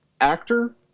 actor